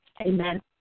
Amen